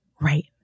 Right